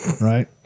right